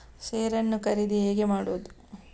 Share ನ್ನು ಖರೀದಿ ಹೇಗೆ ಮಾಡುವುದು?